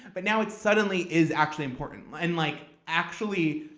but now it suddenly is actually important. and like actually,